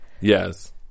Yes